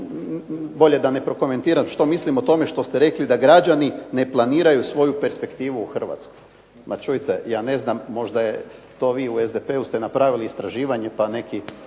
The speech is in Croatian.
bolje da ne prokomentiram što mislim o tome što ste rekli da građani ne planiraju svoju perspektivu u Hrvatskoj. Ma čujte, ja ne znam možda je to vi u SDP-u ste napravili istraživanje pa neki